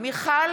מיכל